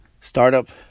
startup